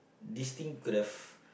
this thing could have